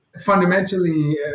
Fundamentally